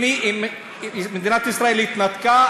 אם מדינת ישראל התנתקה,